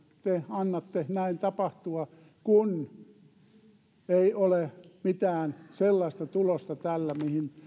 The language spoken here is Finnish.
te annatte näin tapahtua kun ei ole mitään sellaista tulosta tällä